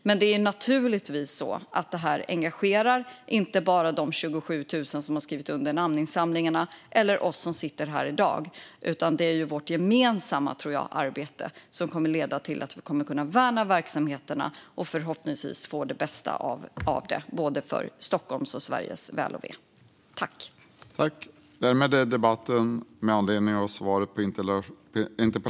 Men naturligtvis engagerar frågan inte bara de 27 000 som har skrivit under namninsamlingarna eller oss som sitter här i dag, utan det är vårt gemensamma arbete som kommer att leda till att vi kan värna verksamheterna och förhoppningsvis få det bästa av dem för Stockholms och Sveriges väl och ve.